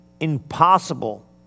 impossible